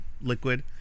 liquid